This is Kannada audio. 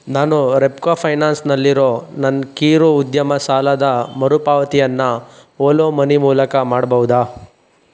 ನಾನು ರೆಪ್ಕೋ ಫೈನಾನ್ಸ್ನಲ್ಲಿರೋ ನನ್ನ ಕಿರು ಉದ್ಯಮ ಸಾಲದ ಮರುಪಾವತಿಯನ್ನು ಓಲೋ ಮನಿ ಮೂಲಕ ಮಾಡ್ಬೋದಾ